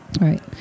Right